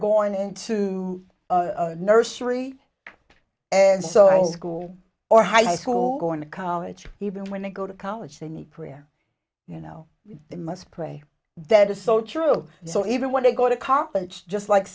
going into nursery and so old school or high school going to college even when they go to college they need prayer you know they must pray that is so true so even when they go to concerts just like